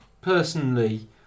personally